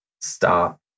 stop